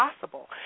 possible